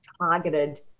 targeted